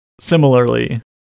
Similarly